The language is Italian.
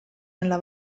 nella